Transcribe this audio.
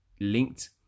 linked